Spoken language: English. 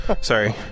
Sorry